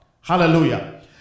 Hallelujah